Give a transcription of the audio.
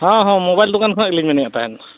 ᱦᱮᱸ ᱦᱮᱸ ᱢᱳᱵᱟᱭᱤᱞ ᱫᱳᱠᱟᱱ ᱠᱷᱚᱱᱞᱤᱧ ᱢᱮᱱᱮᱫ ᱛᱟᱦᱮᱱ